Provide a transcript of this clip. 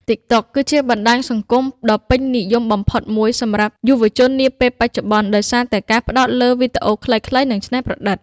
TikTok គឺជាបណ្ដាញសង្គមដ៏ពេញនិយមបំផុតមួយសម្រាប់យុវជននាពេលបច្ចុប្បន្ន ដោយសារតែការផ្ដោតលើ វីដេអូខ្លីៗ និងច្នៃប្រឌិត។